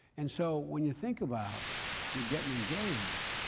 and so, when you think about you're getting engaged,